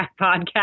podcast